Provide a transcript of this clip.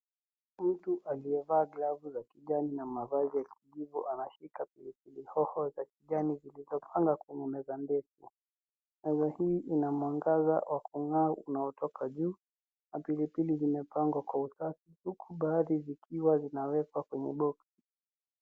Mtu aliyevaa glavu za kijani na mavazi ya kijivu, anashika pilipili hoho za kijani zilizopangwa kwenye meza ndefu. Hali hii ina mwangaza wa kung'aa unaotoka juu, na pili pili zimepangwa kwa usafi, huku baadhi zikiwa zinawekwa kwenye boksi.